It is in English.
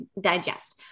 digest